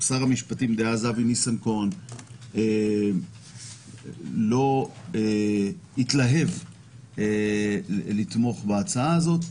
שר המשפטים דאז אבי ניסנקורן לא התלהב לתמוך בהצעה הזאת.